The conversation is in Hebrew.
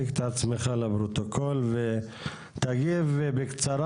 עצמך לפרוטוקול ותגיב בקצרה.